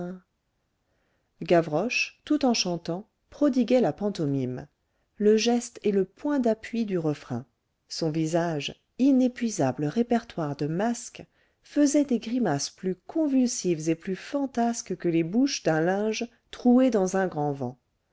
gavroche tout en chantant prodiguait la pantomime le geste est le point d'appui du refrain son visage inépuisable répertoire de masques faisait des grimaces plus convulsives et plus fantasques que les bouches d'un linge troué